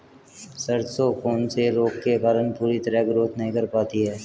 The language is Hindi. सरसों कौन से रोग के कारण पूरी तरह ग्रोथ नहीं कर पाती है?